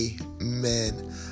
amen